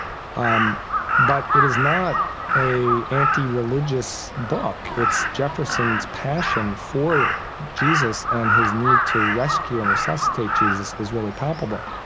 um but it is not a anti-religious book. it's jefferson's passion for jesus and his need to rescue and resuscitate jesus is really palpable.